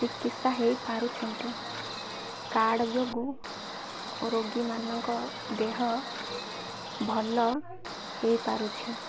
ଚିକିତ୍ସା ହେଇପାରୁଛନ୍ତି କାର୍ଡ଼ ଯୋଗୁଁ ରୋଗୀମାନଙ୍କ ଦେହ ଭଲ ହେଇପାରୁଛି